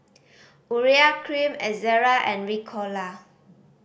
Urea Cream Ezerra and Ricola